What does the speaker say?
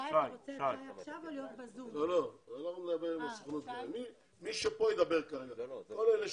אנחנו מאוד מברכים את נוף הגליל על ההירתמות ועל היוזמה.